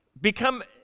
become